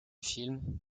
film